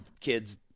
kids